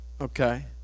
Okay